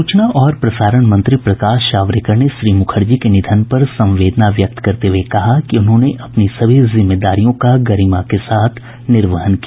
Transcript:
सूचना और प्रसारण मंत्री प्रकाश जावेडकर ने श्री मुखर्जी के निधन पर संवेदना व्यक्त करते हुए कहा कि उन्होंने अपनी सभी जिम्मेदारियों का गरिमा के साथ निर्वहन किया